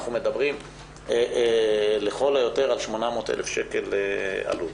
אנחנו מדברים לכל היותר על 800,000 שקל עלות.